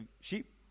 sheep